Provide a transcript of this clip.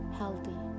healthy